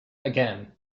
again